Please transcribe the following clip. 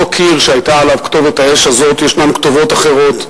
קיר שהיתה עליו כתובת האש הזאת יש כתובות אחרות,